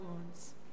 wounds